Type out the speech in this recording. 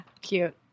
Cute